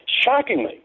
shockingly